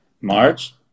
March